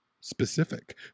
specific